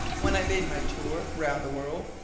when i made my tour round the world?